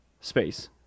space